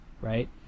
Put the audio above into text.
right